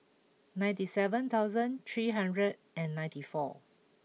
ninety seven thousand three hundred and ninety four